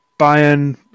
Bayern